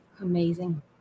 amazing